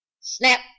Snap